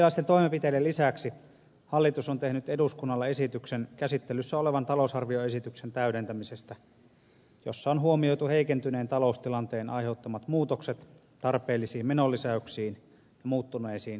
erilaisten toimenpiteiden lisäksi hallitus on tehnyt eduskunnalle esityksen käsittelyssä olevan talousarvioesityksen täydentämisestä jossa on huomioitu heikentyneen taloustilanteen aiheuttamat muutokset tarpeellisiin menonli säyksiin ja muuttuneisiin tuloarvioihin